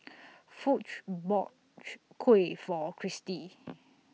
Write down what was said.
Foch bought Kuih For Cristi